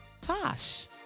Tosh